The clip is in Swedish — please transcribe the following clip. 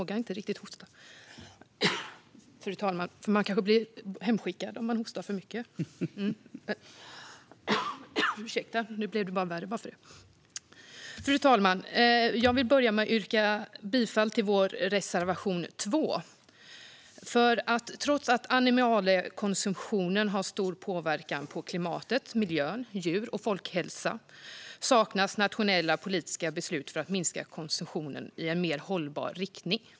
Fru talman! Jag yrkar bifall till reservation 2. Trots att animaliekonsumtionen har stor påverkan på klimat, miljö, djur och folkhälsa saknas nationella politiska beslut för att minska konsumtionen i en mer hållbar riktning.